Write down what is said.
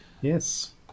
yes